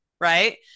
Right